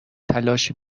تلاشی